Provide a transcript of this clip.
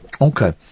Okay